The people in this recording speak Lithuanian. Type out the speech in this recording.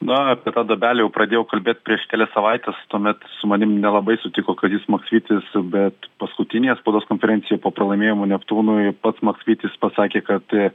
na tą duobelę jau pradėjau kalbėt prieš kelias savaites tuomet su manim nelabai sutiko kazys maksvytis bet paskutinėje spaudos konferencijoj po pralaimėjimo neptūnui pats maksvytis pasakė kad